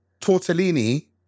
tortellini